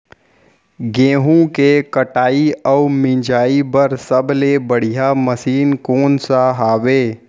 गेहूँ के कटाई अऊ मिंजाई बर सबले बढ़िया मशीन कोन सा हवये?